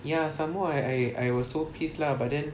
ya some more I I was so pissed lah but then